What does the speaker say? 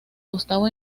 gustavo